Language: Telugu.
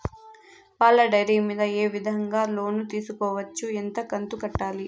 పాల డైరీ మీద ఏ విధంగా లోను తీసుకోవచ్చు? ఎంత కంతు కట్టాలి?